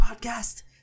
podcast